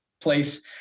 place